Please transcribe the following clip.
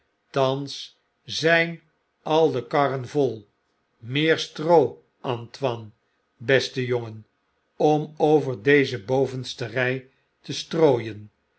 thans zijn al de karren vol meer stroo antoine beste jongen om over deze bovenste rij te strooien